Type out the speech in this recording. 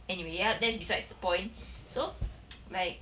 anyway ya that's besides the point so like